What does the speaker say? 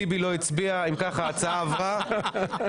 אם כך, ההצעה עברה.